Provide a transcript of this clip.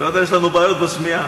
אתה יודע, יש לנו בעיות בשמיעה.